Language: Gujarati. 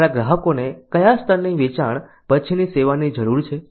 અમારા ગ્રાહકોને કયા સ્તરની વેચાણ પછીની સેવાની જરૂર છે